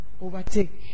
overtake